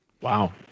Wow